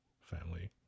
family